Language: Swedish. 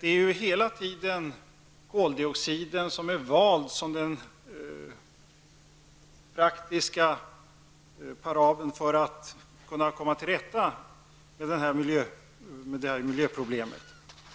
Det är koldioxid som är utsedd till praktisk parabel för att man skall kunna komma till rätta med det miljöproblemet.